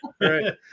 right